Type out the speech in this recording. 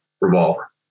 revolver